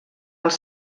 els